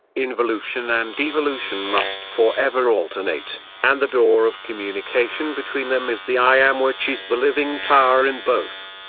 involution and evolution must forever alternate, and the door of communication between them is the i am which is the living power in both.